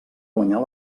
guanyar